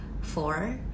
four